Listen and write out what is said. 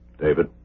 David